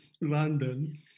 london